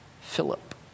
Philip